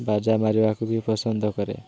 ବାଜା ମାରିବାକୁ ବି ପସନ୍ଦ କରେ